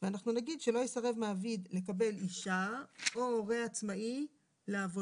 ואנחנו נגיד שלא יסרב מעביד לקבל אישה או הורה עצמאי לעבודה.